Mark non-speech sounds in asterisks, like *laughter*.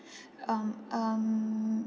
*breath* um um